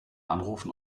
anrufen